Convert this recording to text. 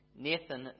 Nathan